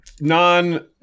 non